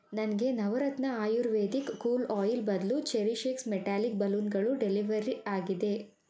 ನನಗೆ Navratna ayurvedic cool oil ಬದಲು CherishX metallic ಬಲೂನ್ಗಳು ಡೆಲಿವರಿ ಆಗಿದೆ